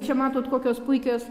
čia matot kokios puikios